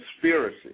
conspiracy